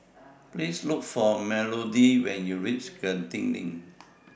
Please Look For Melodee when YOU REACH Genting LINK